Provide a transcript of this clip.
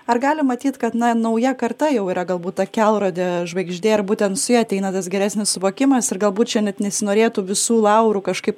ar galim matyt kad na nauja karta jau yra galbūt ta kelrodė žvaigždė ar būtent su ja ateina tas geresnis suvokimas ir galbūt čia net nesinorėtų visų laurų kažkaip